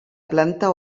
planta